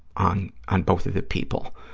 on on both of the people,